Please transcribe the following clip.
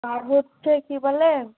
আর হচ্ছে কী বলে